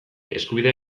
eskubidea